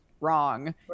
wrong